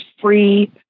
free